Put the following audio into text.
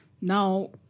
now